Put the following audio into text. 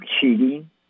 cheating